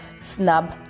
snub